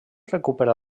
recupera